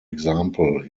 example